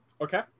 Okay